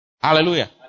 Hallelujah